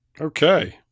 Okay